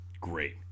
Great